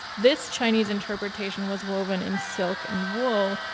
this chinese interpretation was woven in silk and wool,